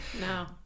No